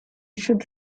should